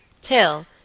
Till